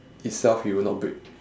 itself it will not break